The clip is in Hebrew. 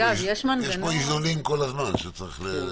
יש פה איזונים כל הזמן אגב,